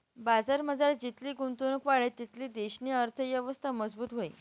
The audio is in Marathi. बजारमझार जितली गुंतवणुक वाढी तितली देशनी अर्थयवस्था मजबूत व्हयी